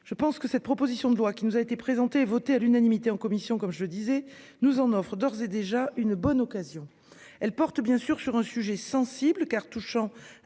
je pense que cette proposition de loi qui nous a été présenté et voté à l'unanimité en commission comme je disais nous en offrent d'ores et déjà une bonne occasion. Elle porte bien sûr sur un sujet sensible car touchant